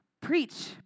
Preach